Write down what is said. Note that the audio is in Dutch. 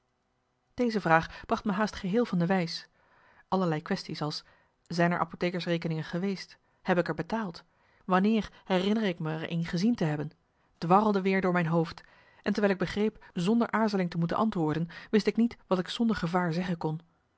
deze vraag bracht me haast geheel van de wijs allerlei quaesties als zijn er apothekersrekeningen geweest heb ik er betaald wanneer herinner ik me er een gezien te hebben dwarrelden weer door mijn hoofd en terwijl ik begreep zonder aarzeling te moeten marcellus emants een nagelaten bekentenis antwoorden wist ik niet wat ik zonder gevaar zeggen kon